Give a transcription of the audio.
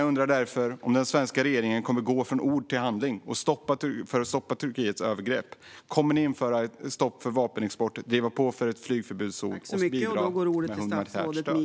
Jag undrar därför om den svenska regeringen kommer att gå från ord till handling för att stoppa Turkiets övergrepp. Kommer regeringen att införa ett stopp för vapenexport och driva på för en flygförbudszon samt bidra med humanitärt stöd?